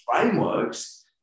frameworks